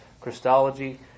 Christology